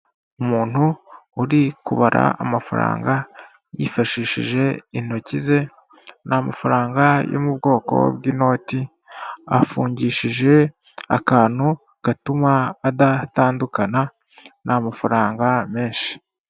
Umuntu uri kubara amafaranga yifashishije intoki ze, ni amafaranga yo mu bwoko bw'inoti, afungishije akantu gatuma adatandukana, ni amafaranga menshi.